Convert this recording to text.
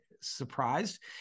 surprised